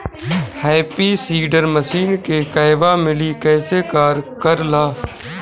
Happy seeder machine के कहवा मिली कैसे कार कर ला?